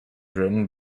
written